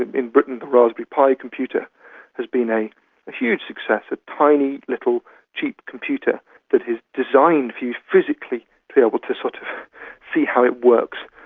in britain the raspberry pi computer has been a huge success, a tiny little cheap computer that is designed for you physically to be able to sort of see how it works,